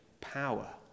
power